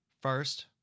First